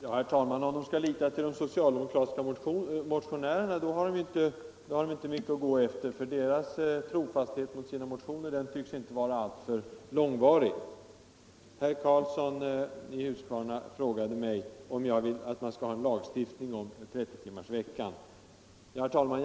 Herr talman! Om barnfamiljerna skall lita till de socialdemokratiska motionärerna har man inte mycket att hålla sig till, för deras trofasthet mot sina egna förslag tycks inte vara alltför långvarig. Herr Karlsson i Huskvarna frågade mig om jag vill ha en lagstiftning om 30 timmars arbetsvecka. Herr talman!